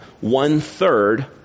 one-third